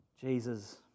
Jesus